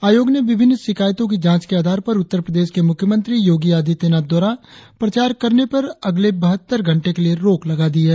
आयोग ने विभिन्न शिकायतों की जांच के आधार पर उत्तर प्रदेश के मुख्यमंत्री योगी आदित्यनाथ द्वारा प्रचार करने पर अगले बहत्तर घंटे तक के लिए रोक लगा दी है